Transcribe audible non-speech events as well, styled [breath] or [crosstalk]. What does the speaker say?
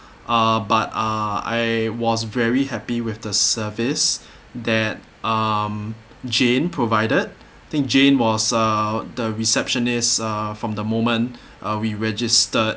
uh but uh I was very happy with the service [breath] that um jane provided I think jane was uh the receptionist uh from the moment [breath] uh we registered